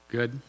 Good